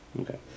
Okay